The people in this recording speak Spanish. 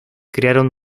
crearon